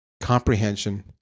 Comprehension